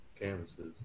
canvases